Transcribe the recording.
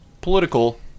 political